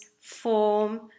form